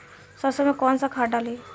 सरसो में कवन सा खाद डाली?